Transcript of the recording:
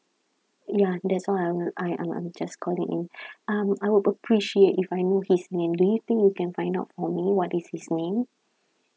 ya that's all I'm I I I'm just calling in um I would appreciate it if I knew his name do you think you can find out for me what is his name